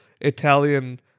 Italian